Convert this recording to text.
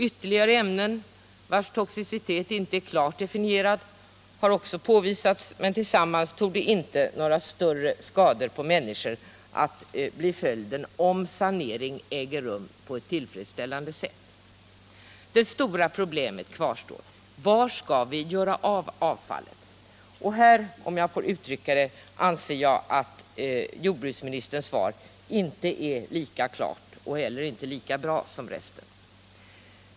Ytterligare ämnen, vilkas toxicitet inte är klart definierad, har också påvisats, men tillsammans torde inte några större skador på människor bli följden, om saneringen äger rum på ett tillfredsställande sätt. Det stora problemet kvarstår: Vad skall vi göra av avfallet? Här — om jag får uttrycka det så — anser jag att jordbruksministerns svar inte är lika klart och heller inte lika bra som resten.